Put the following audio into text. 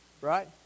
right